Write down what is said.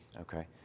Okay